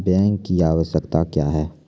Bank की आवश्यकता क्या हैं?